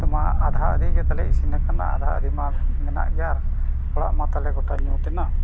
ᱩᱛᱩ ᱢᱟ ᱟᱫᱷᱟᱼᱟᱫᱷᱤᱜᱮ ᱛᱟᱞᱮ ᱤᱥᱤᱱ ᱟᱠᱟᱱᱟ ᱟᱫᱷᱟᱼᱟᱫᱷᱤ ᱢᱟ ᱢᱮᱱᱟᱜ ᱜᱮᱭᱟ ᱟᱨ ᱚᱲᱟᱜ ᱢᱟ ᱛᱟᱞᱮ ᱜᱚᱴᱟ ᱧᱩ ᱛᱮᱱᱟ